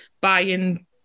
buying